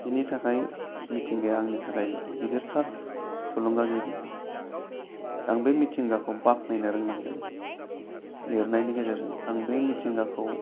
बेनि थाखाय मिथिंगाया आंनि थाखाय गिदिरथार थुलुंगागिरि आं बे मिथिंगाखौ बाख्नायनो रोंनांगोन लिरनायनि गेजेरजों आं बे मिथिंगाखौ